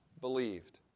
believed